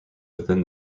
within